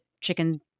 chicken